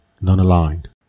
non-aligned